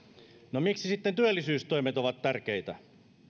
no miksi sitten työllisyystoimet ovat tärkeitä